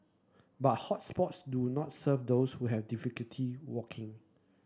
but hot spots do not serve those who have difficulty walking